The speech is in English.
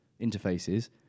interfaces